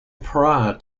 prior